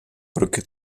brücke